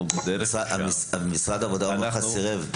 משרד העבודה והרווחה סירב.